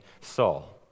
Saul